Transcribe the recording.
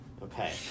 Okay